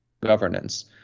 governance